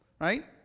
right